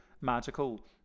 magical